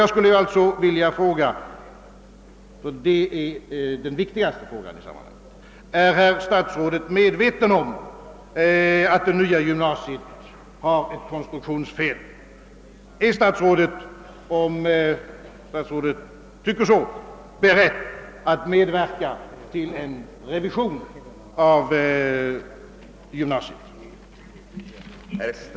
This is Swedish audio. Jag skulle alltså vilja fråga — och det är den viktigaste frågan i sammanhanget: Är herr statsrådet medveten om att det nya gymnasiet har ett konstruktionsfel? Är herr statsrådet — om så är fallet — beredd att medverka till en revision av gymnasiet?